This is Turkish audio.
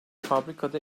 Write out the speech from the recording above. fabrikada